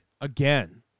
again